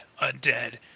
undead